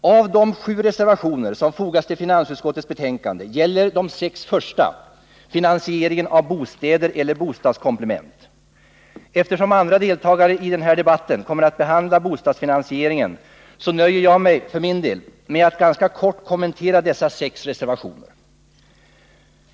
Av de sju reservationer som fogats vid finansutskottets betänkande gäller de sex första finansieringen av bostäder eller bostadskomplement. Eftersom andra deltagare i den här debatten kommer att behandla bostadsfinansieringen, nöjer jag mig för min del med att ganska kortfattat kommentera dessa sex reservationer.